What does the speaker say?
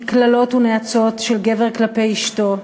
היא קללות ונאצות של גבר כלפי אשתו,